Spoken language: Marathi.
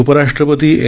उपराष्ट्रपती एम